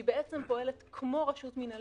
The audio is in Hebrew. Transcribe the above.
היא פועלת כמו רשות מנהלית,